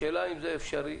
השאלה אם זה אפשרי